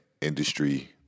industry